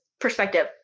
perspective